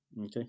okay